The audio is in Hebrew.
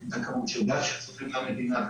את הכמות שצופים למדינה.